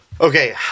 Okay